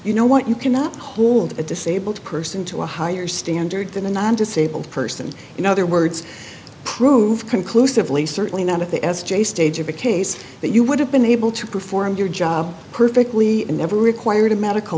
you know what you cannot hold a disabled person to a higher standard than a non disabled person in other words prove conclusively certainly not at the s j stage of a case that you would have been able to perform your job perfectly and never required a medical